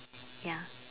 ya